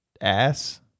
Ass